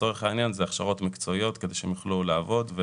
אלה הכשרות מקצועיות כדי שהם יוכלו לעבוד.